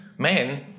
men